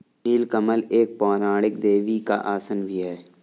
नील कमल एक पौराणिक देवी का आसन भी है